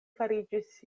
fariĝis